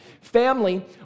Family